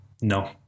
No